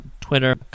Twitter